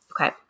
Okay